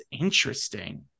interesting